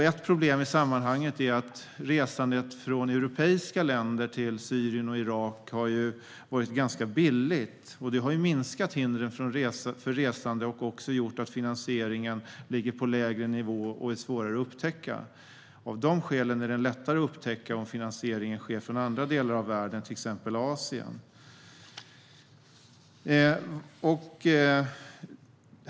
Ett problem i sammanhanget är att resandet från europeiska länder till Syrien och Irak har varit ganska billigt, vilket har minskat hindren för resande och gjort att finansieringen ligger på en lägre nivå och är svårare att upptäcka. Av de skälen är det lättare att upptäcka om finansieringen sker från andra delar av världen, till exempel Asien.